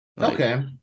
Okay